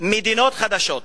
מדינות חדשות.